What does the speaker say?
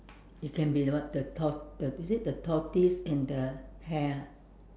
it can be the what the tor~ is it the tortoise and the hare ah